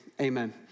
amen